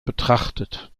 betrachtet